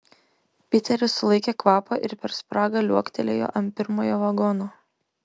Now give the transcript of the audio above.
piteris sulaikė kvapą ir per spragą liuoktelėjo ant pirmojo vagono